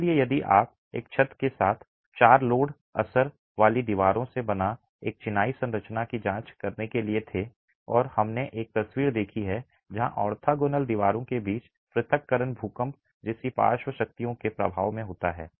इसलिए यदि आप एक छत के साथ चार लोड असर वाली दीवारों से बना एक चिनाई संरचना की जांच करने के लिए थे और हमने एक तस्वीर देखी है जहां ऑर्थोगोनल दीवारों के बीच पृथक्करण भूकंप जैसी पार्श्व शक्तियों के प्रभाव में होता है